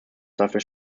dafür